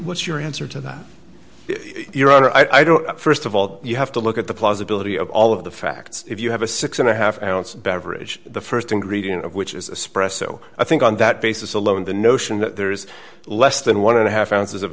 what's your answer to that your honor i don't st of all you have to look at the plausibility of all of the facts if you have a six and a half ounce beverage the st ingredient of which is a spread so i think on that basis alone the notion that there's less than one and a half ounces of